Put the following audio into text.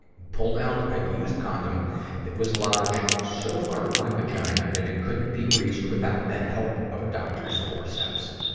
pulled out a used condom that was lodged so far up my vagina that it couldn't be reached without the help of a doctor's forceps.